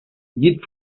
llit